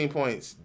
points